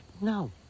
no